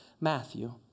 Matthew